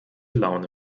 laune